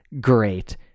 great